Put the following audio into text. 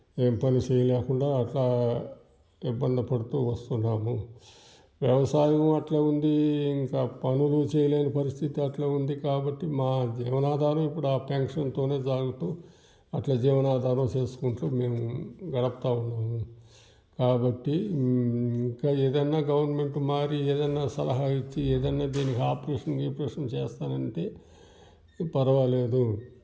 ఏమి పని చేయలకుండా అట్లా ఇబ్బంది పడుతు వస్తున్నాము వ్యవసాయం అట్లా ఉంది ఇంకా పనులు చేయలేని పరిస్థితి అట్లా ఉంది కాబట్టి మాది జీవనాధారం ఇప్పుడు ఆ పెన్షన్తో సాగుతు అట్లా జీవనాధారం చేసుకుంటు మేము గడుపుతు ఉన్నాము కాబట్టి ఇంకా ఏదైనా గవర్నమెంట్ మారి ఏదైనా సలహా ఇచ్చి ఏదైనా దీనికి ఆపరేషన్ గీపరేషన్ చేస్తానంటే పరవాలేదు